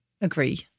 Agree